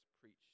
preached